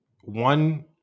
One